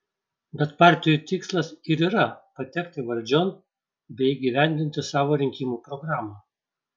bet partijų tikslas ir yra patekti valdžion bei įgyvendinti savo rinkimų programą